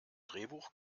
drehbuch